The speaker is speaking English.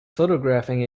photographing